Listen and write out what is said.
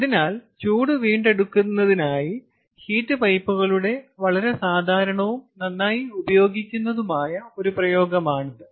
അതിനാൽ ചൂട് വീണ്ടെടുക്കുന്നതിനായി ഹീറ്റ് പൈപ്പുകളുടെ വളരെ സാധാരണവും നന്നായി ഉപയോഗിക്കുന്നതുമായ ഒരു പ്രയോഗമാണിത്